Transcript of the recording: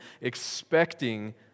expecting